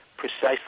precisely